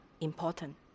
important